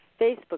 Facebook